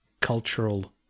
Cultural